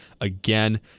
again